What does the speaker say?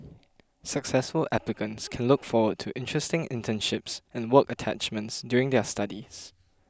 successful applicants can look forward to interesting internships and work attachments during their studies